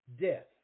death